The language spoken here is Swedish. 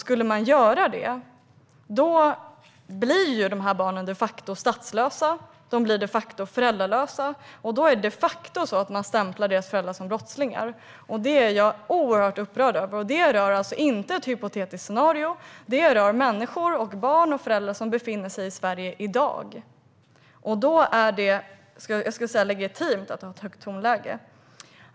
Skulle man genomföra förslaget blir dessa barn de facto statslösa och föräldralösa, och man stämplar deras föräldrar som brottslingar. Det här gör mig mycket upprörd. Det rör inte ett hypotetiskt scenario, utan det rör barn och föräldrar som befinner sig i Sverige i dag. Då är det legitimt att ha ett högt tonläge.